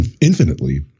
infinitely